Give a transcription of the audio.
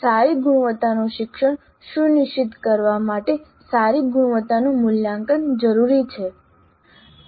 સારી ગુણવત્તાનું શિક્ષણ સુનિશ્ચિત કરવા માટે સારી ગુણવત્તાનું મૂલ્યાંકન જરૂરી છે